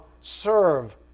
serve